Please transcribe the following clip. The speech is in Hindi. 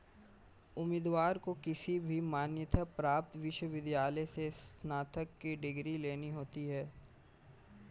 उम्मीदवार को किसी भी मान्यता प्राप्त विश्वविद्यालय से स्नातक की डिग्री लेना होती है